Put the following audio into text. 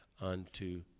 unto